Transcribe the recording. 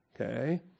Okay